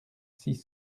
six